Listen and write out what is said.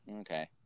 Okay